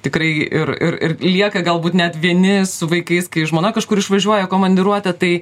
tikrai ir ir ir lieka galbūt net vieni su vaikais kai žmona kažkur išvažiuoja į komandiruotę tai